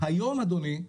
היום אדוני,